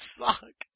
suck